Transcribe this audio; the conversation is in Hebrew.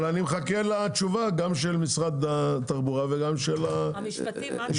אני מחכה לתשובה גם של משרד התחבורה וגם של משרד המשפטים.